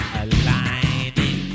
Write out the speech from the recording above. aligning